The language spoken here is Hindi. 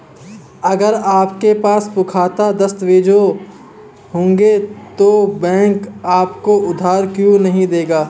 अगर आपके पास पुख्ता दस्तावेज़ होंगे तो बैंक आपको उधार क्यों नहीं देगा?